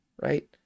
right